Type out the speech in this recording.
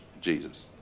Jesus